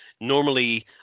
normally